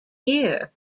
year